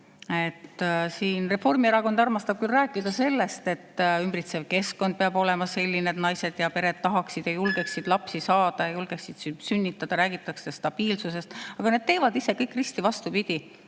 ette! Reformierakond armastab rääkida sellest, et ümbritsev keskkond peab olema selline, et pered tahaksid ja julgeksid lapsi saada, et naised julgeksid sünnitada. Räägitakse stabiilsusest, aga nad teevad ise kõik risti vastupidi